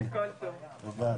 תודה.